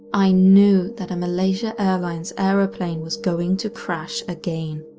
i knew that a malaysia airlines airplane was going to crash again.